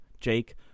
Jake